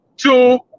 two